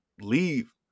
leave